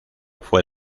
fue